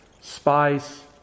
spice